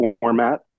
format